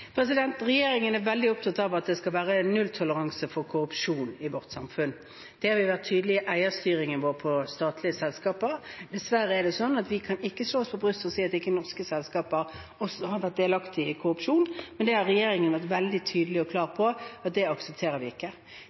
Regjeringen er veldig opptatt av at det skal være nulltoleranse for korrupsjon i vårt samfunn. Det har vi vært tydelige på i eierstyringen vår av statlige selskaper. Dessverre er det sånn at vi kan ikke slå oss på brystet og si at ikke norske selskaper også har vært delaktige i korrupsjon, men det har regjeringen vært veldig tydelig og klar på at vi ikke aksepterer.